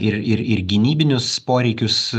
ir ir ir gynybinius poreikius